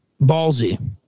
Ballsy